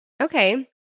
Okay